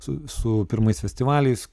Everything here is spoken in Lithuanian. su su pirmais festivaliais